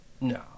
No